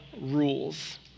rules